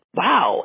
wow